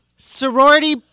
Sorority